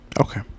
Okay